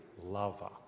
lover